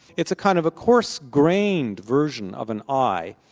it's a kind of a coarse-grained version of an i,